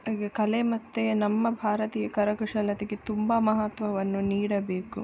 ಹಾಗೆ ಕಲೆ ಮತ್ತೆ ನಮ್ಮ ಭಾರತೀಯ ಕರಕುಶಲತೆಗೆ ತುಂಬ ಮಹತ್ವವನ್ನು ನೀಡಬೇಕು